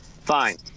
Fine